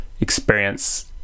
experience